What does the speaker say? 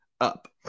up